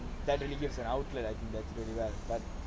that really gives an outlet lah I think that